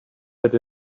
that